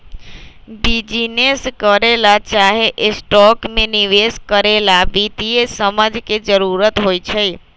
business करे ला चाहे स्टॉक में निवेश करे ला वित्तीय समझ के जरूरत होई छई